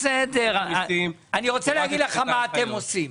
בסדר, אני רוצה להגיד לך מה אתם עושים,